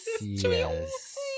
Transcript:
yes